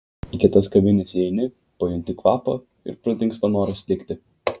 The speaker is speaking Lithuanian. į kitas kavines įeini pajunti kvapą ir pradingsta noras likti